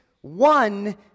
one